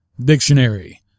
dictionary